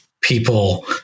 people